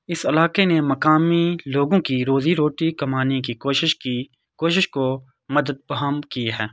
اس علاقے نے مقامی لوگوں کی روزی روٹی کمانے کی کوشش کی کوشش کو مدد پیہم کی ہے